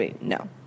no